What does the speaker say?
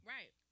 Right